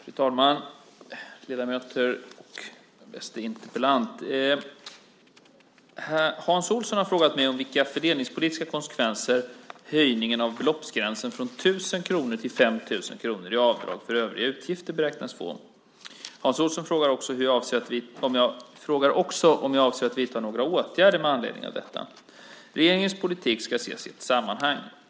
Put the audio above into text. Fru talman! Ledamöter! Bäste interpellant! Hans Olsson har frågat mig vilka fördelningspolitiska konsekvenser höjningen av beloppsgränsen, från 1 000 kr till 5 000 kr, i avdraget för övriga utgifter beräknas få. Hans Olsson frågar också om jag avser att vidta några åtgärder med anledning av detta. Regeringens politik ska ses i ett sammanhang.